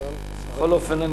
בכל אופן,